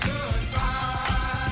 Goodbye